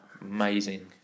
amazing